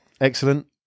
Excellent